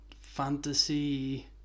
fantasy